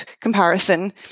comparison